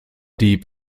deep